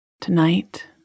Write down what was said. Tonight